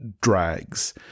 drags